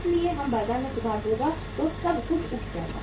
इसलिए जब बाजार में सुधार होगा तो सब कुछ उठ जाएगा